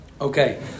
Okay